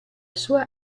sua